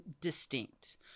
distinct